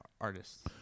artists